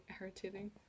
irritating